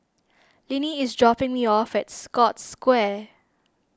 Linnie is dropping me off at Scotts Square